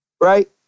Right